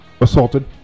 assaulted